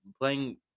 Playing